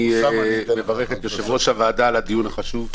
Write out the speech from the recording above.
אני מברך את יושב-ראש הוועדה על הדיון החשוב,